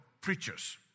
preachers